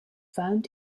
found